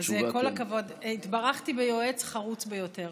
כל הכבוד, התברכתי ביועץ חרוץ ביותר.